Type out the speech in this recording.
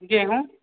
गहूँम